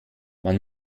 man